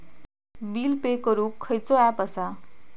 Bill pay करूक खैचो app असा?